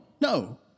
No